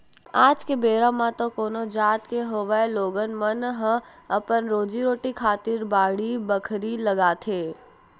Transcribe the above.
आज के बेरा म तो कोनो जात के होवय लोगन मन ह अपन रोजी रोटी खातिर बाड़ी बखरी लगाथे